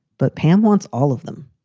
but pam wants all of them.